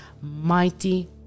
mighty